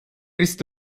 ist